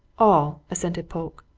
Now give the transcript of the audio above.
all! assented polke.